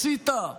הציתה צמיגים,